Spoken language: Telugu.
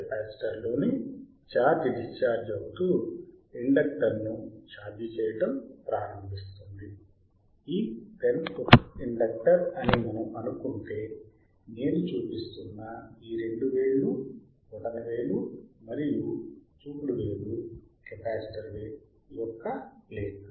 కెపాసిటర్లోని ఛార్జ్ డిశ్చార్జ్ అవుతూ ఇండక్టర్ను ఛార్జ్ చేయటం ప్రారంభిస్తుంది ఈ పెన్ ఒక ఇండక్టర్ అని మనము అనుకుంటే నేను చూపిస్తున్న ఈ రెండు వేళ్లు బొటనవేలు మరియు చూపుడు వేలు కెపాసిటర్ యొక్క ప్లేట్లు